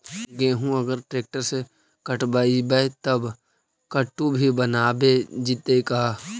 गेहूं अगर ट्रैक्टर से कटबइबै तब कटु भी बनाबे जितै का?